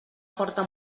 forta